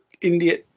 India